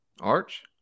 Arch